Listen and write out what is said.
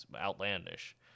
outlandish